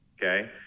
okay